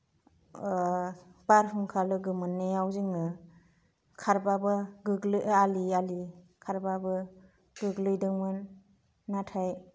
ओ बारहुंखा लोगो मोननायाव जोङो खारबाबो गोग्लै आलि आलि खारबाबो गोग्लैदोंमोन नाथाय